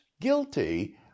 guilty